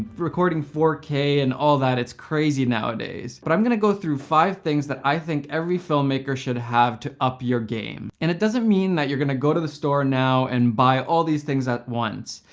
recording four k and all that, it's crazy nowadays. but i'm gonna go through five things that i think every filmmaker should have to up your game. and it doesn't mean that you're gonna go to the store now and buy all these things at once.